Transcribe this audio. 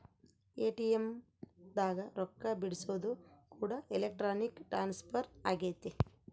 ATM ದಾಗ ರೊಕ್ಕ ಬಿಡ್ಸೊದು ಕೂಡ ಎಲೆಕ್ಟ್ರಾನಿಕ್ ಟ್ರಾನ್ಸ್ಫರ್ ಅಗೈತೆ